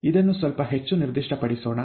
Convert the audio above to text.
ಇದನ್ನು ಸ್ವಲ್ಪ ಹೆಚ್ಚು ನಿರ್ದಿಷ್ಟಪಡಿಸೋಣ